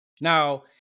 Now